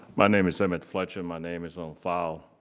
my name is emmitt fletcher, my name is on file.